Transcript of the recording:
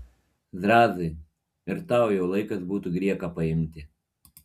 zrazai ir tau jau laikas būtų grieką paimti